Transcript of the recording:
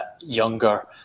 younger